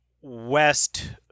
west